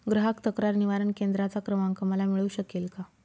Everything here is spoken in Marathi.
ग्राहक तक्रार निवारण केंद्राचा क्रमांक मला मिळू शकेल का?